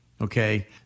okay